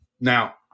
Now